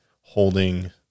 holding